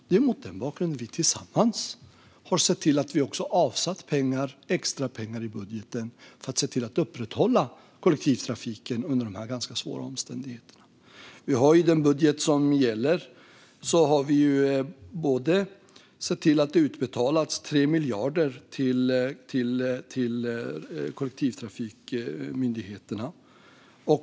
Det är mot den bakgrunden som vi tillsammans har sett till att vi också har avsatt extra pengar i budgeten för att se till att upprätthålla kollektivtrafiken under dessa ganska svåra omständigheter. I den budget som gäller har vi sett till att det har utbetalats 3 miljarder kronor till kollektivtrafikmyndigheterna.